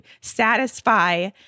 satisfy